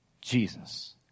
Jesus